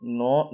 no